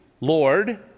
Lord